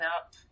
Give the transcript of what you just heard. up